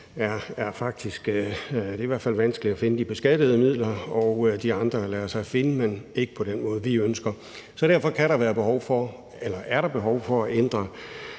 er faktisk vanskeligt at finde de beskattede midler – de andre lader sig finde, men ikke på den måde, vi ønsker. Så derfor kan der være behov for – eller